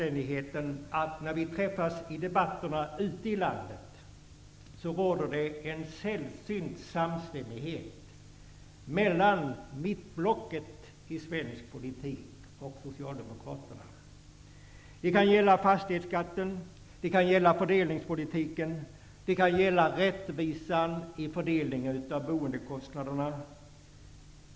När vi träffas i debatterna ute i landet råder det en sällsynt samstämmighet mellan mittblocket i svensk politik och Socialdemokraterna. Det kan gälla fastighetsskatten, fördelningspolitiken eller rättvisan i fördelningen av boendekostnaderna.